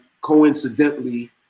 coincidentally